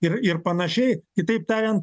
ir ir panašiai kitaip tariant